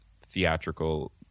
theatrical